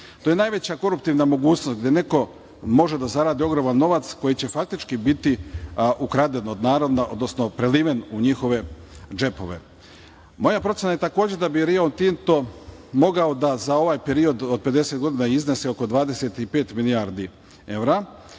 To je najveća koruptivna mogućnost, gde neko može da zaradi ogroman novac koji će faktički biti ukraden od naroda, odnosno preliven u njihove džepove. Moja procena je takođe da bi Rio Tinto mogao da za ovaj period od 50 godina iznese oko 25 milijardi evra,